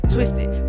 Twisted